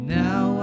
now